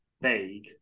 vague